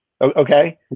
Okay